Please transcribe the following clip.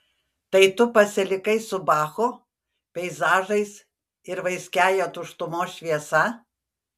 tai tu pasilikai su bachu peizažais ir vaiskiąja tuštumos šviesa